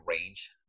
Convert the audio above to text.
range